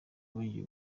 bongeye